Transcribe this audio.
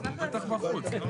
11:00.